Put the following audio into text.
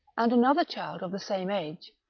and another child of the same age,